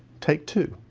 take two.